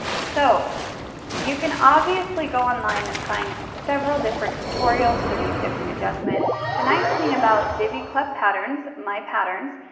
so you can obviously go online and find several different tutorials for these different adjustments. the nice thing about diby club patterns, my patterns,